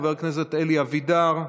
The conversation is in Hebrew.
חבר הכנסת אלי אבידר,